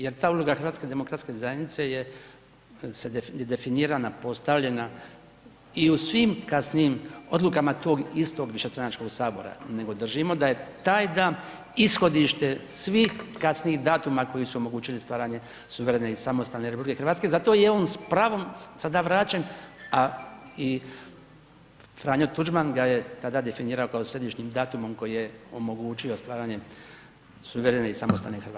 Jer ta odluka HDZ-a je definirana, postavljena i u svim kasnijim odlukama tog istog višestranačkog Sabora nego držimo da je taj dan ishodište svih kasnijih datuma koji su omogućili stvaranje suverene i samostalne RH zato je on s pravom sada vraćen a i Franjo Tuđman ga je tada definirao kao središnjim datumom koji je omogućio stvaranje suverene i samostalne Hrvatske.